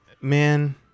man